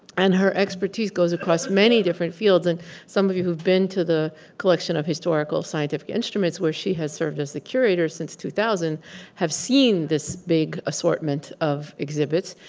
and her expertise goes across many different fields. and some of you who've been to the collection of historical scientific instruments where she has served as the curator since two thousand have seen this big assortment of exhibits.